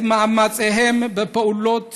את המאמצים בפעולות